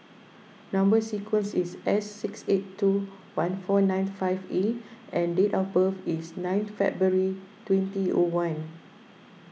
Number Sequence is S six eight two one four nine five A and date of birth is ninth February twenty O one